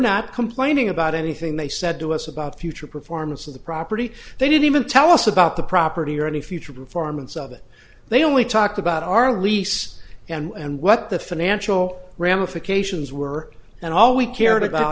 not complaining about anything they said to us about future performance of the property they didn't even tell us about the property or any future performance of it they only talked about our lease and what the financial ramifications were and all we cared about